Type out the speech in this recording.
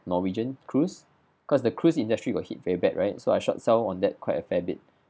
norwegian cruise because the cruise industry were hit very bad right so I short sell on that quite a fair bit